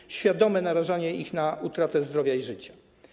Jest to świadome narażanie ich na utratę zdrowia i życia.